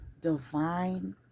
divine